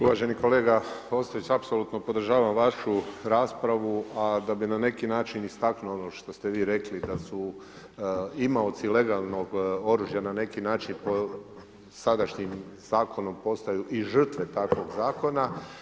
Uvaženi kolega Ostojić, apsolutno podržavam vašu raspravu, a da bi na neki način istaknuo na neki način ono što ste vi rekli da su imaoci legalnog oružja na neki način po sadašnjem zakonu postaju i žrtve takvog zakona.